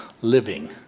living